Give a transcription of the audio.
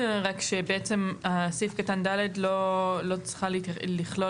רק שבעצם סעיף קטן ד' לא צריך לכלול